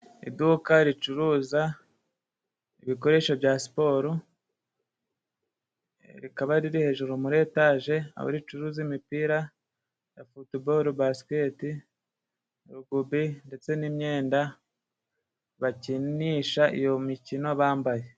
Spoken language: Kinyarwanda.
Iduka ricuruza ibikoresho bya siporo, rikaba riri hejuru muri Etage aho ricuruza imipira ya futubolo, Basiketi, Rugubi ndetse n'imyenda bakinisha iyo mikino bambaye.